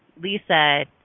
Lisa